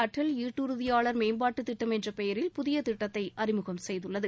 அடல் ஈட்டுறுதியாளர் மேம்பாட்டுத் திட்டம் என்ற பெயரில் புதிய திட்டத்தை அறிமுகம் செய்துள்ளது